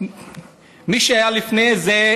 מי היה לפניהם?